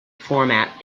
format